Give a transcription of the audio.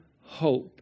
hope